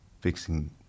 fixing